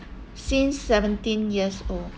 since seventeen years old